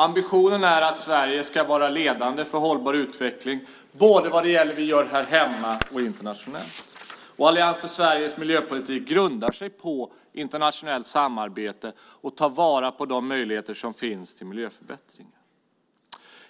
Ambitionen är att Sverige ska vara ledande för hållbar utveckling när det gäller både vad vi gör här hemma och vad vi gör internationellt. Allians för Sveriges miljöpolitik grundar sig på internationellt samarbete och på att ta vara på de möjligheter som finns till miljöförbättring.